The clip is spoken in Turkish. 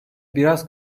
biraz